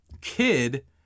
kid